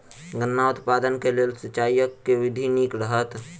गन्ना उत्पादन केँ लेल सिंचाईक केँ विधि नीक रहत?